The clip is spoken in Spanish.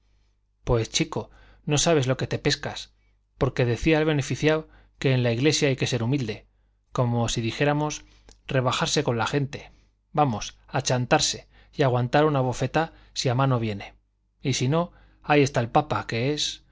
pues chico no sabes lo que te pescas porque decía el beneficiao que en la iglesia hay que ser humilde como si dijéramos rebajarse con la gente vamos achantarse y aguantar una bofetá si a mano viene y si no ahí está el papa que es